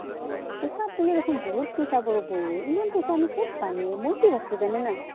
cooker দিলি দেখোন বহুত পইচা পৰৰ এই ইমান পইচা আ ক'ত পামে মই কি ভাবছঁ জাননে না